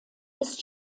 ist